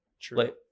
True